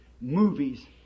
movies